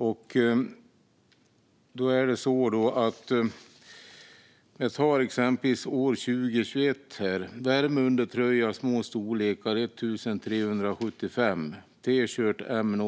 Jag tar år 2021 som exempel: 1 375 värmeundertröja små storlekar, 2 000 t-shirt M